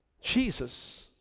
Jesus